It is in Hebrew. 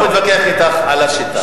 אני לא מתווכח אתך על השיטה.